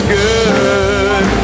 good